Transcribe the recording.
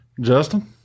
Justin